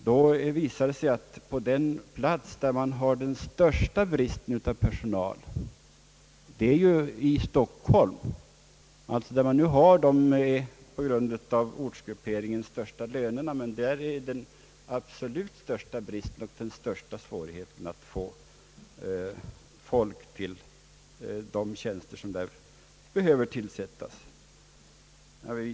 Det visade sig att på den plats, Stockholm, där man på grund av ortsgrupperingen har de högsta lönerna, hade man också den största bristen på arbetskraft och den största svårigheten att få folk till de tjänster som behöver tillsättas.